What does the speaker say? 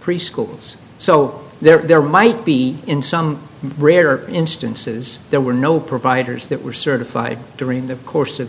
preschools so there might be in some rare instances there were no providers that were certified during the course of